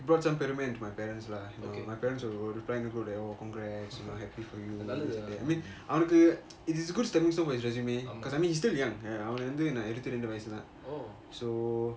brought some பெருமை:peruma into my parents lah my parents were replying to the group congrats you know happy for you I mean அவனுக்கு:avanuku it is a good stepping stone for his resume because I mean he is still young அவனுக்கு வந்து இறுதி ரெண்டு வயசு தான்:avanuku vanthu iruvathi rendu vayasu thaan so